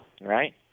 right